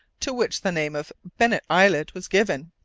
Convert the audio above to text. to which the name of bennet islet was given,